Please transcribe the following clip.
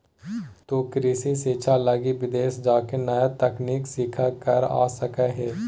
तु कृषि शिक्षा लगी विदेश जाके नया तकनीक सीख कर आ सका हीं